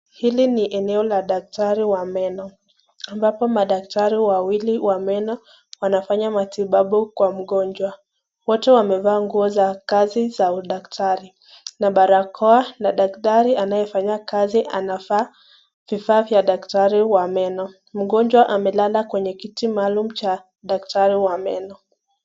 Hili ni eneo la daktari wa meno, ambapo madaktari wawili wa meno wanafanya matibabu kwa mgonjwa, wote wamevaa nguo za kazi za udaktari na barakoa na daktari anayefanya kazi anavaa vifaa vya daktari wa meno, mgonjwa amelala kwenye kiti maalum cha daktari wa meno.